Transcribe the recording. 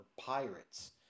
pirates